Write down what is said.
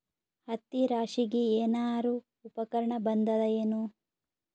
ಹತ್ತಿ ರಾಶಿಗಿ ಏನಾರು ಉಪಕರಣ ಬಂದದ ಏನು?